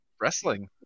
wrestling